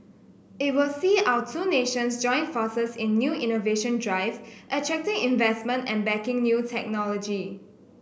it will see our two nations join forces in a new innovation drive attracting investment and backing new technology